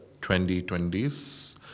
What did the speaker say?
2020's